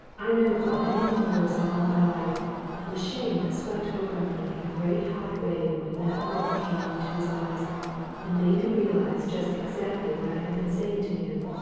i never felt anything worse in all my life than the shame that swept over me in a great hot wave when that look came into his eyes and made me realise just exactly what i had been saying to him,